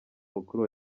mukuru